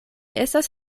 estas